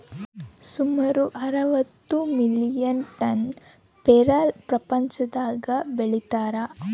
ಸುಮಾರು ಅರವತ್ತು million tonne ಪೇರಲ ಪ್ರಪಂಚದಾಗ ಬೆಳೀತಾರ